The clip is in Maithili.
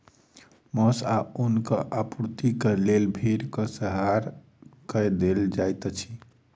मौस आ ऊनक आपूर्तिक लेल भेड़क संहार कय देल जाइत अछि